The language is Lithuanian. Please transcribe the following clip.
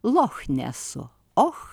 loch nesu oh